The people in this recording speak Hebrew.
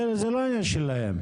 זה לא העניין שלהם.